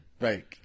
Right